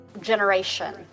generation